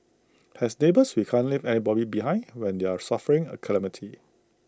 as neighbours we can't leave anybody behind when they're suffering A calamity